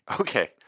okay